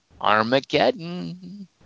Armageddon